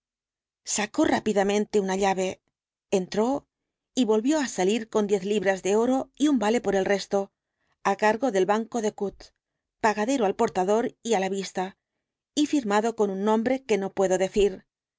sacó rápidamente una llave el dr jekyll entró y volvió á salir con diez libras en oro y un vale por el resto á cargo del banco de coutt pagadero al portador y á la vista y firmado con un nombre que no puedo decir